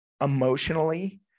emotionally